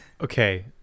Okay